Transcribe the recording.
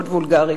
מאוד וולגרית.